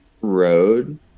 road